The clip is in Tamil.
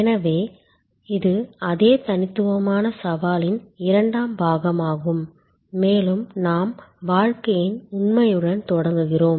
எனவே இது அதே தனித்துவமான சவாலின் இரண்டாம் பாகமாகும் மேலும் நாம் வாழ்க்கையின் உண்மையுடன் தொடங்குகிறோம்